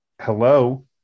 hello